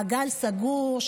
מעגל סגור,